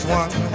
one